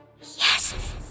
Yes